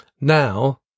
Now